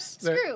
Screw